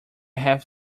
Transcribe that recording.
have